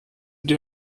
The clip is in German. dir